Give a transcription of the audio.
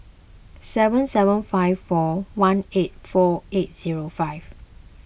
seven seven five four one eight four eight zero five